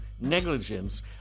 negligence